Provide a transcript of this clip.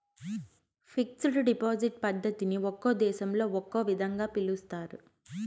fixed deposit పద్ధతిని ఒక్కో దేశంలో ఒక్కో విధంగా పిలుస్తారు